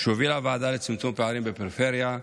שהובילה הוועדה לצמצום הפערים בפריפריה,